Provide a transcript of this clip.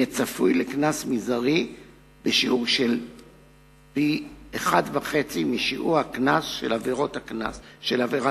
יהיה צפוי לקנס מזערי בשיעור של פי-1.5 משיעור הקנס של עבירת הקנס.